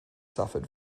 suffered